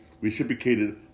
reciprocated